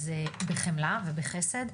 בחמלה ובחסד,